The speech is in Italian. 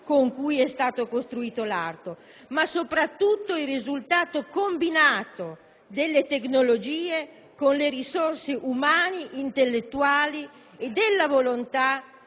con cui è stato costruito l'arto, ma soprattutto il risultato combinato delle tecnologie con le risorse umane, intellettuali e della volontà